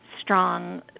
strong